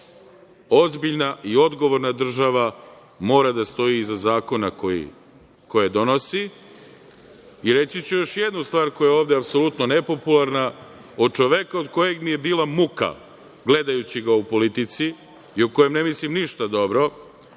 dan. Ozbiljna i odgovorna država mora da stoji iza zakona koje donosi i reći ću još jednu stvar koja je ovde apsolutno nepopularna. Od čoveka od kojeg mi je bila muka gledajući ga u politici i o kojem ne mislim dobro,